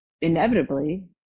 inevitably